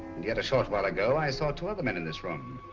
and yet a short while ago i saw two other men in this room